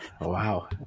Wow